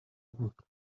بود